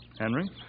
Henry